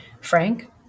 frank